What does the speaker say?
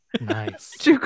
nice